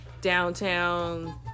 downtown